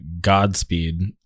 godspeed